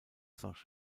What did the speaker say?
saint